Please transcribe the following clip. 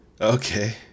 Okay